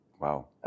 Wow